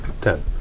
Ten